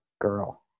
girl